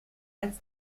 als